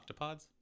octopods